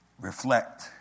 Reflect